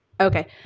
Okay